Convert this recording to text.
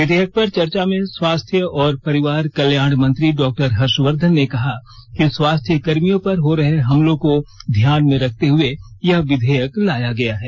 विधेयक पर चर्चा में स्वास्थ्य और परिवार कल्याण मंत्री डॉ हर्षवर्धन ने कहा कि स्वास्थ्यकर्मियों पर हो रहे हमलों को ध्यान में रखते हए यह विधेयक लाया गया है